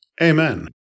Amen